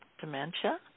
dementia